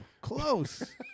Close